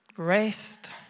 rest